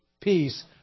peace